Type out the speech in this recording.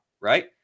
right